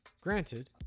granted